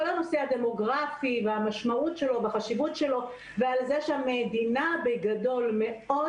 הנושא הדמוגרפי והמשמעות שלו והחשיבות שלו ועל כך שהמדינה בגדול מאוד